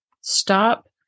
stop